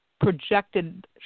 projected